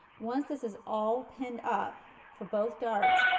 once this is all pinned up, for both darts,